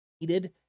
needed